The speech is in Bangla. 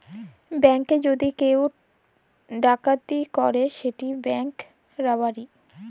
ব্যাংকে যদি কেউ যদি ডাকাতি ক্যরে সেট ব্যাংক রাবারি